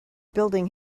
building